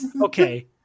okay